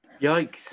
Yikes